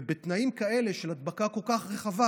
ובתנאים האלה, של הדבקה כל כך רחבה,